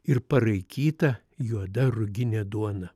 ir paraikyta juoda ruginė duona